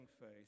faith